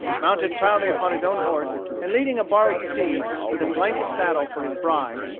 mounted proudly upon his own horse, and leading a borrowed steed, with a blanket saddle, for his bride,